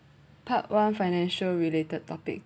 part one financial related topic